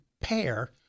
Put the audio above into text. pair